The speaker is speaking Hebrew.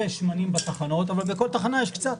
שמנים בתחנות אבל בכל תחנה יש לה קצת.